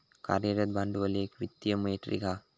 कार्यरत भांडवल एक वित्तीय मेट्रीक हा